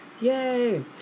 Yay